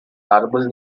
árbol